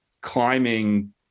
climbing